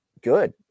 good